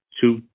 two